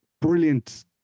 brilliant